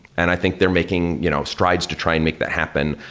and i think they're making you know strides to try and make that happen.